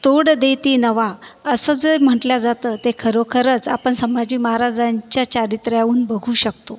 तोड देती नवा असं जे म्हटलं जातं ते खरोखरच आपण संभाजी महाराजांच्या चारित्र्याहून बघू शकतो